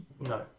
no